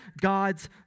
God's